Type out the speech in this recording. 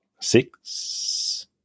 Six